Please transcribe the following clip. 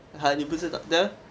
!huh! 你不是